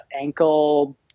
ankle